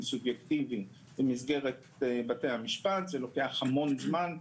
סובייקטיבי במסגרת בתי המשפט זה לוקח המון זמן.